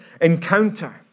encounter